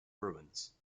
bruins